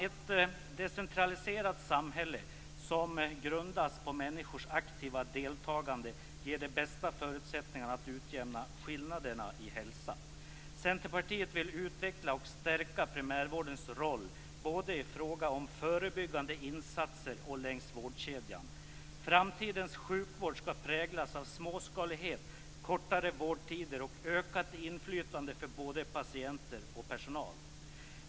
Ett decentraliserat samhälle som grundas på människors aktiva deltagande ger de bästa förutsättningarna när det gäller att utjämna skillnaderna i hälsa. Centerpartiet vill utveckla och stärka primärvårdens roll både i fråga om förebyggande insatser och längs vårdkedjan. Framtidens sjukvård skall präglas av småskalighet, kortare vårdtider och ökat inflytande för både patienter och personal.